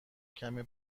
کمی